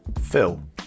Phil